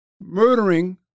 murdering